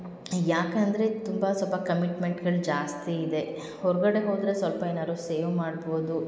ಯಾಕೆ ಅಂದರೆ ತುಂಬ ಸ್ವಲ್ಪ ಕಮಿಟ್ಮೆಂಟ್ಗಳು ಜಾಸ್ತಿ ಇದೆ ಹೊರಗಡೆ ಹೋದರೆ ಸ್ವಲ್ಪ ಏನಾದ್ರು ಸೇವ್ ಮಾಡ್ಬೋದು